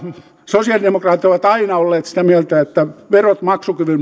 sosialidemokraatit ovat aina olleet sitä mieltä että verot maksukyvyn